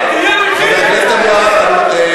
חבר הכנסת אבו עראר.